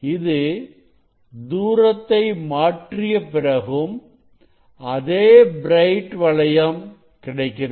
இது தூரத்தை மாற்றிய பிறகும் அதே பிரைட் வளையம் கிடைக்கிறது